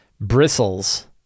bristles